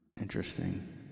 Interesting